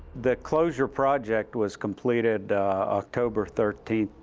the closure project was completed october thirteen,